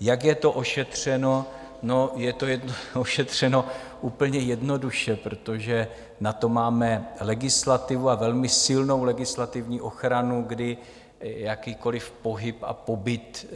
Jak je to ošetřeno: je to ošetřeno úplně jednoduše, protože na to máme legislativu a velmi silnou legislativní ochranu, kdy jakýkoliv pohyb a pobyt